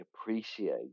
appreciate